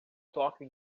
toca